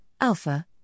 alpha